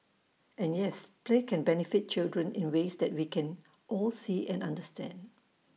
and yes play can benefit children in ways that we can all see and understand